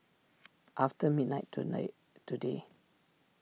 after midnight tonight today